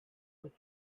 would